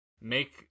make